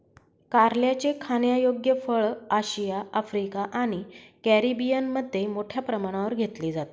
कारल्याचे खाण्यायोग्य फळ आशिया, आफ्रिका आणि कॅरिबियनमध्ये मोठ्या प्रमाणावर घेतले जाते